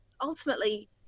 ultimately